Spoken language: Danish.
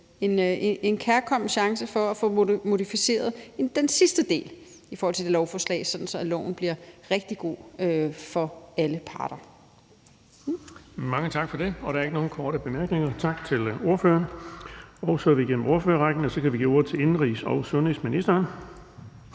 en kærkommen chance for at få modificeret den sidste del af lovforslaget, sådan at loven bliver rigtig god for alle parter.